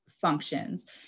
functions